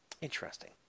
Interesting